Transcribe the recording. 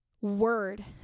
Word